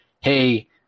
hey